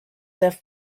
have